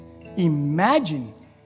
Imagine